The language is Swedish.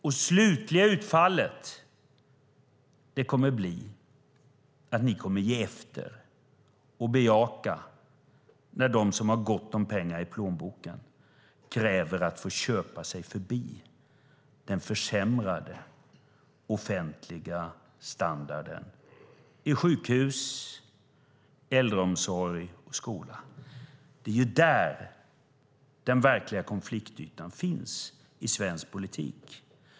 Det slutliga utfallet kommer att bli att ni kommer att ge efter och bejaka när de som har gott om pengar i plånboken kräver att få köpa sig förbi den försämrade offentliga standarden på sjukhus, i äldreomsorg och i skola. Det är där den verkliga konfliktytan finns i svensk politik.